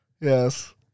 Yes